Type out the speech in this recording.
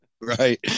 right